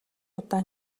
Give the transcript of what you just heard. удаа